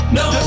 no